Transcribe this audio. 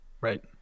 Right